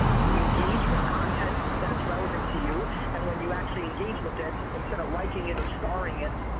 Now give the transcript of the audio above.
you engage with content that is relevant to you and when you actually engage with it, instead of liking, it or starring it,